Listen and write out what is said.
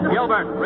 Gilbert